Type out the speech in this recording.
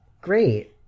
great